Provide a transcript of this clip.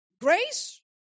grace